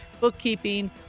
bookkeeping